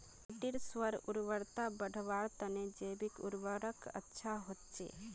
माटीर स्व उर्वरता बढ़वार तने जैविक उर्वरक अच्छा होचे